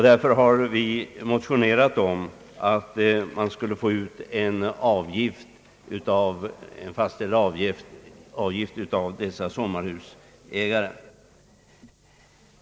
Därför har vi motionerat om att man borde kunna ta ut en fastställd avgift av sommarhusägare.